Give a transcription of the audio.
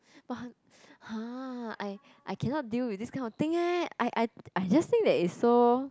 but her !huh! I I cannot deal with this kind of thing eh I I I just think that it's so